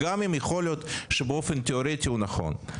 גם אם יכול להיות שבאופן תיאורטי הוא נכון.